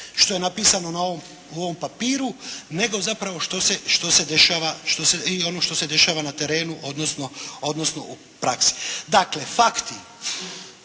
što je napisano na ovom, u ovom papiru nego zapravo što se dešava i ono što se dešava na terenu odnosno u praksi. Dakle fakti